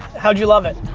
how'd you love it?